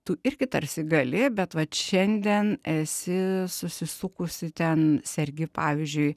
tu irgi tarsi gali bet vat šiandien esi susisukusi ten sergi pavyzdžiui